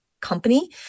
company